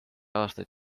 aastaid